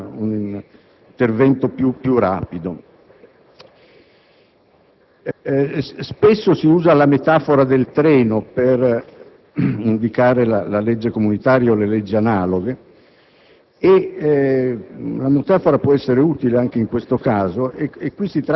direttive recenti, che richiedono o hanno richiesto un intervento più rapido. Spesso si usa la metafora del treno per indicare la legge comunitaria o le leggi analoghe